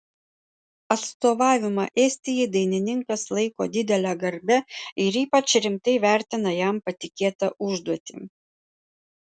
atstovavimą estijai dainininkas laiko didele garbe ir ypač rimtai vertina jam patikėtą užduotį